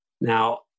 Now